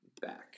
back